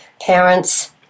parents